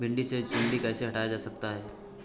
भिंडी से सुंडी कैसे हटाया जा सकता है?